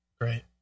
great